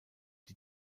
die